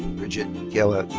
brigitte michaela